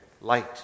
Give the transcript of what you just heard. light